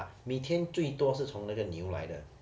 methane 最多是从那个牛来的